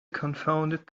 confounded